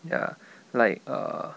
ya like err